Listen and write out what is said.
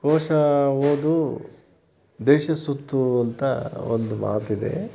ಕೋಶ ಓದು ದೇಶ ಸುತ್ತು ಅಂತ ಒಂದು ಮಾತಿದೆ